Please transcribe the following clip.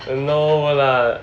no lah